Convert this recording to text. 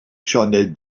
sioned